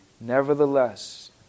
Nevertheless